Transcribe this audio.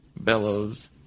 Bellows